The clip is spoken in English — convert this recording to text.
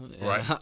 Right